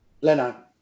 Leno